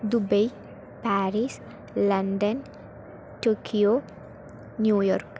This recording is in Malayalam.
Dubai Paris London Tokyo New York